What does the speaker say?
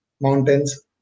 mountains